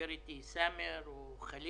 דיבר איתי סאמר וחאליד,